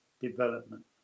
development